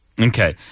Okay